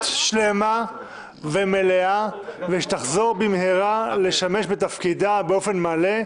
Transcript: שלמה ומלאה ושתחזור לשמש בתפקידה באופן מלא,